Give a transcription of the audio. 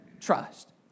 trust